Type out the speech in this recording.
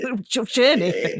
journey